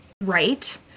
right